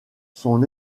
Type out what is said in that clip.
son